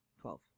Twelve